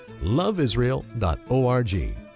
loveisrael.org